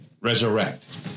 resurrect